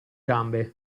gambe